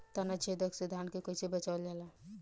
ताना छेदक से धान के कइसे बचावल जाला?